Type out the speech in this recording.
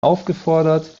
aufgefordert